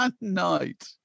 night